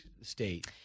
State